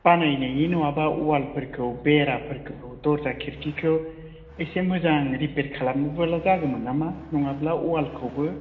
बानायनायनि नङाबा वालफोरखौ बेराफोरखौ दर्जा खिरकिखौ एसे मोजां रिपेइयार खालामबोला जागौमोन नामा नङाब्ला वालखौबो